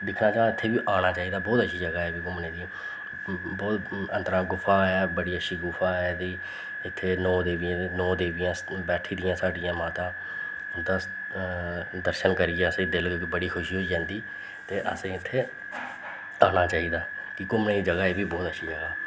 दिक्खेआ जा इत्थै बी आना चाहिदा बोह्त अच्छी जगह् ऐ एह् बी घूमने दी बोह्त अंदर गुफा ऐ बड़ी अच्छी गुफा ऐ एह्दी इत्थें नौ देवी नौ देवियां बैठी दियां साढ़ियां माता उंदा स्था दर्शन करियै असें गी दिल बड़ी खुशी होई जंदी ते असेंगी इत्थें आना चाहिदा कि घूमने दी जगह् एह् बी बोह्त अच्छी ऐ